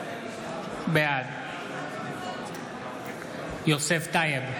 בעד יוסף טייב,